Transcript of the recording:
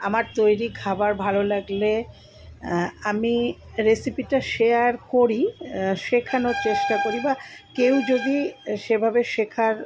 আমার তৈরি খাবার ভালো লাগলে আমি রেসিপিটা শেয়ার করি শেখানোর চেষ্টা করি বা কেউ যদি সেভাবে শেখার